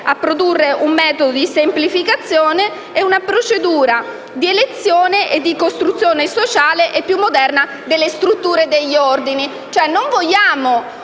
a produrre un metodo di semplificazione e una procedura di elezione e di costruzione sociale più moderna delle strutture e degli Ordini.